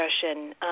discussion